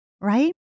Right